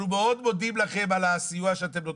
מאוד מודים לכם על הסיוע שאתם נותנים,